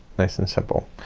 nice and simple.